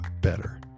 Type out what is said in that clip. better